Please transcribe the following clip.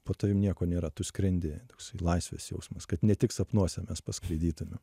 po tavim nieko nėra tu skrendi toksai laisvės jausmas kad ne tik sapnuose mes paskraidytume